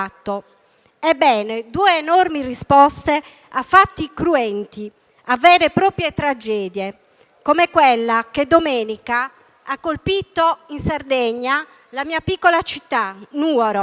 Ebbene, due enormi risposte a fatti cruenti, a vere e proprie tragedie, come quella che domenica ha colpito in Sardegna la mia piccola città, Nuoro.